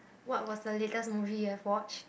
what was the latest movie you have watched